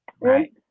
right